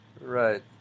Right